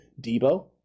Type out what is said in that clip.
debo